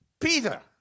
Peter